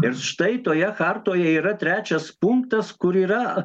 ir štai toje kartoje yra trečias punktas kur yra